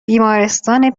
بیمارستان